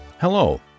Hello